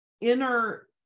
Inner